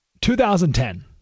2010